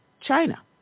China